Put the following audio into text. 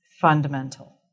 fundamental